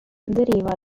deriva